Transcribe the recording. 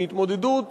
מהתמודדות